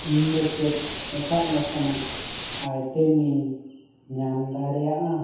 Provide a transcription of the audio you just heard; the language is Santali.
ᱤᱧ ᱫᱚ ᱪᱮᱫ ᱮᱴᱟᱜ ᱞᱮᱠᱟᱱᱟᱜ ᱟᱭᱴᱮᱢᱤᱧ ᱧᱟᱢ ᱫᱟᱲᱮᱭᱟᱜᱼᱟ